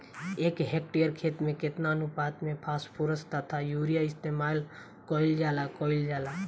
एक हेक्टयर खेत में केतना अनुपात में फासफोरस तथा यूरीया इस्तेमाल कईल जाला कईल जाला?